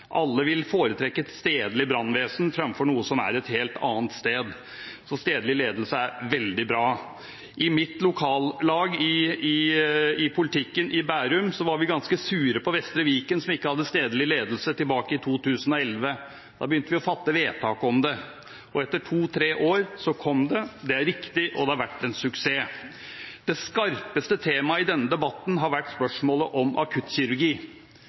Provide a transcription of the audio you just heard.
Alle vil foretrekke et stedlig brannvesen framfor noe som er et helt annet sted. Så stedlig ledelse er veldig bra. I mitt lokallag i politikken i Bærum var vi ganske sure på Vestre Viken, som ikke hadde stedlig ledelse, tilbake i 2011. Da begynte vi å fatte vedtak om det. Og etter to–tre år kom det – det er riktig, og det har vært en suksess. Det skarpeste temaet i denne debatten har vært spørsmålet om akuttkirurgi.